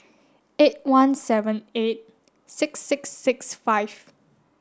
eight one seven eight six six six five